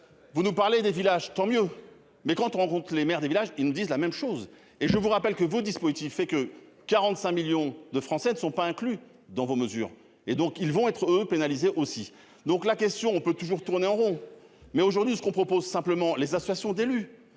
vous nous parlez des villages, tant mieux, mais quand tu te rends compte, les maires des villages, ils nous disent la même chose et je vous rappelle que vos dispositif est que 45 millions de Français ne sont pas inclus dans vos mesures et donc ils vont être pénalisés aussi, donc la question, on peut toujours tourner en rond mais aujourd'hui ce qu'on propose simplement les associations d'élus,